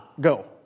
go